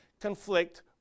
conflict